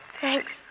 Thanks